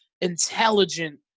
intelligent